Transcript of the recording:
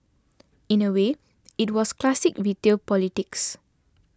in a way it was classic retail politics